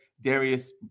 Darius